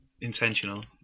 intentional